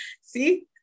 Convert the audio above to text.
See